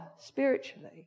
spiritually